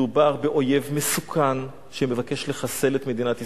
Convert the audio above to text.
מדובר באויב מסוכן, שמבקש לחסל את מדינת ישראל.